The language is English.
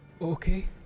okay